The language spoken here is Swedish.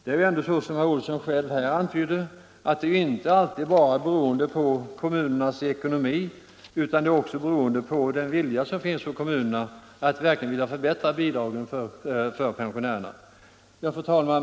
Som herr Olsson i Stockholm själv antydde är det inte alltid bara beroende på kommunernas ekonomi, utan också på den vilja som finns hos kommunerna att verkligen förbättra bidragen för pensionärerna. Fru talman!